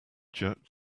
jerk